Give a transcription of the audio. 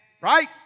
Right